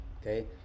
okay